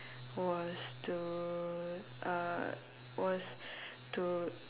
was to uh was to